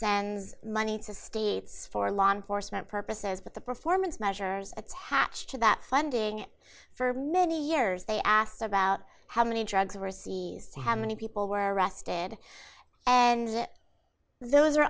sends money to states for law enforcement purposes but the performance measures it's hatch to that funding for many years they asked about how many drugs were seized how many people were arrested and those are